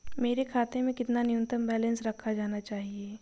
मेरे खाते में कितना न्यूनतम बैलेंस रखा जाना चाहिए?